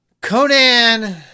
Conan